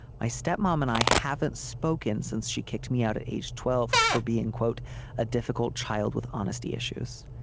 my step mom and i haven't spoken since she kicked me out at age twelve for being quote a difficult child with honesty issues.